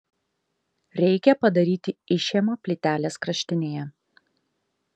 reikia padaryti išėmą plytelės kraštinėje